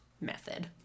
method